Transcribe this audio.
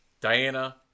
Diana